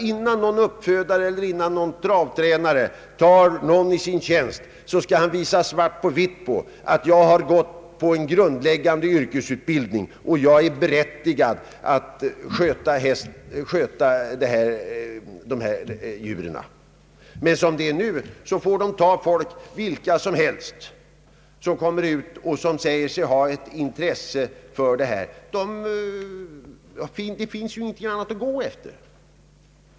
Innan en uppfödare eller travtränare tar någon i sin tjänst, skulle denne visa svart på vitt på att han genomgått en grundläggande yrkesutbildning och är berättigad att sköta dessa djur. Som det är nu får man ta vem som helst som kommer ut och säger sig ha intresse för detta arbete. Det finns ju ingenting annat att gå efter.